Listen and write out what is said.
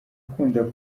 ukunda